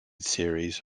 series